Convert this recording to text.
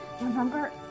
Remember